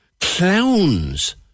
Clowns